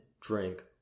drink